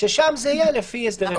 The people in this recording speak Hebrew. ששם זה יהיה לפי הסדרי חוב.